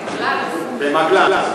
במגלן.